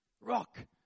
Rock